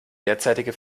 derzeitige